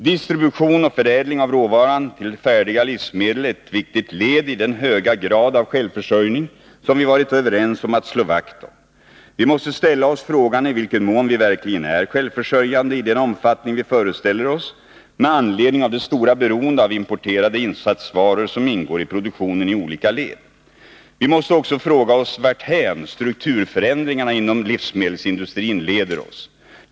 Distributionen och förä lingen av råvaran till färdiga livsmedel är ett viktigt led i den höga grad av självförsörjning som vi varit överens om att slå vakt om. Vi måste ställa oss frågan i vilken mån vi verkligen är självförsörjande i den omfattning vi föreställer oss med anledning av det stora beroende av importerade insatsvaror som ingår i produktionen i olika led. Vi måste också fråga oss varthän strukturförändringarna inom livsmedelsindustrin leder oss.